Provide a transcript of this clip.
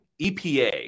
EPA